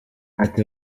ati